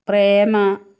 പ്രേമ